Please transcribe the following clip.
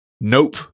Nope